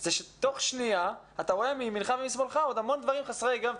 זה שתוך שנייה אתה רואה מימינך ומשמאלך עוד המון דברים חסרי היגיון,